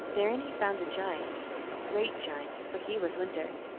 therein he found a giant, a great giant, for he was winter.